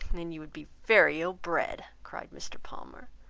then you would be very ill-bred, cried mr. palmer.